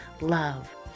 love